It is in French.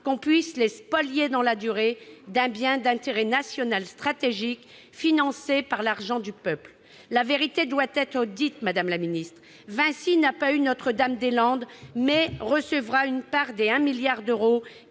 qu'on puisse les spolier, dans la durée, d'un bien d'intérêt national stratégique, financé par l'argent du peuple. La vérité doit être dite ! Vinci n'a pas eu Notre-Dame-des-Landes, mais recevra une part de la somme de 1 milliard d'euros